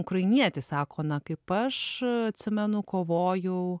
ukrainietis sako na kaip aš atsimenu kovojau